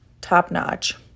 top-notch